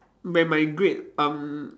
when my grade um